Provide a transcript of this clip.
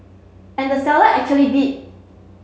and the seller actually did